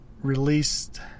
released